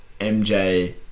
MJ